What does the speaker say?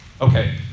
Okay